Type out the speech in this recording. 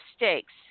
mistakes